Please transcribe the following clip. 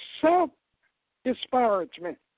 self-disparagement